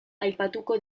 aipatuko